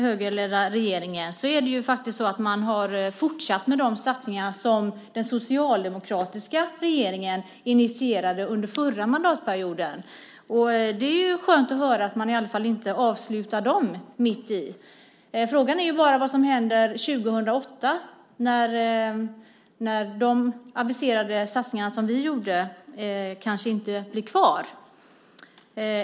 Men man har faktiskt fortsatt med de satsningar som den socialdemokratiska regeringen initierade under förra mandatperioden. Det är skönt att höra att de inte avslutas mitt i arbetet. Frågan är vad som händer 2008 när de satsningar vi aviserade kanske inte blir kvar.